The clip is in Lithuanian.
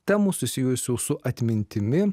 temų susijusių su atmintimi